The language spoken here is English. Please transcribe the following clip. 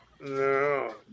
No